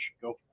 go